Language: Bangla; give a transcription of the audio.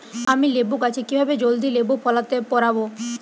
আমি লেবু গাছে কিভাবে জলদি লেবু ফলাতে পরাবো?